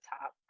top